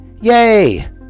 Yay